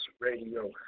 Radio